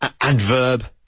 adverb